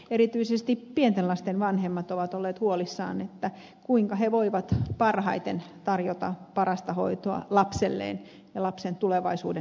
erityisesti pienten lasten vanhemmat ovat olleet huolissaan että kuinka he voivat parhaiten tarjota parasta hoitoa lapselleen ja lapsen tulevaisuuden varmistamiseen